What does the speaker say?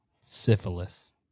syphilis